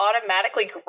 automatically